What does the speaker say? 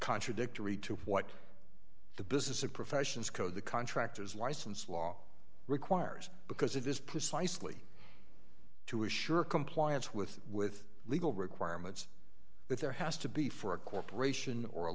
contradictory to what the business of professions code the contractor's license law requires because it is precisely to assure compliance with with legal requirements that there has to be for a corporation or a